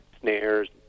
snares